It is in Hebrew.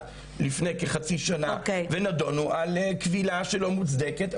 לפני כחצי שנה ונדונו על כבילה שלא מוצדקת,